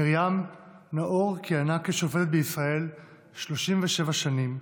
מרים נאור כיהנה כשופטת בישראל 37 שנים,